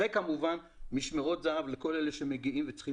כמובן משמרות זהב"ב לכל אלה שמגיעים וצריכים